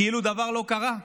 כאילו דבר לא קרה.